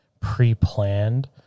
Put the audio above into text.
pre-planned